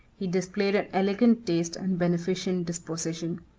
he displayed an elegant taste and beneficent disposition.